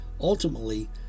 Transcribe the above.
Ultimately